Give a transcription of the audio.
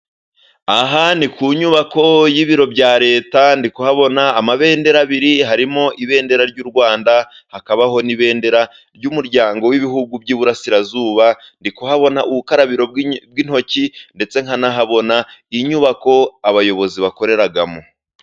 Aha ni ku nyubako y'ibiro bya leta, ndi kuhabona amabendera abiri harimo ibendera ry'u Rwanda, hakabaho n'ibendera ry'umuryango w'ibihugu by'iburasirazuba, ndi kuhabona ubukarabiro bw'intoki ndetse nkanahabona, inyubako abayobozi bakoreramo.